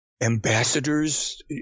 ambassadors